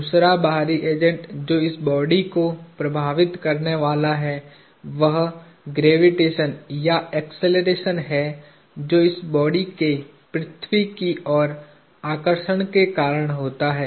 दूसरा बाहरी एजेंट जो इस बॉडी को प्रभावित करने वाला है वह ग्रेविटेशन या अक्सेलरेशन है जो इस बॉडी के पृथ्वी की ओर आकर्षण के कारण होता है